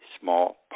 small